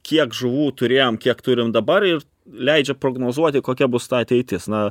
kiek žuvų turėjom kiek turim dabar ir leidžia prognozuoti kokia bus ta ateitis na